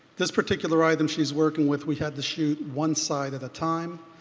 this particular item she's working with we had to shoot one side at a time.